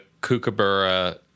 kookaburra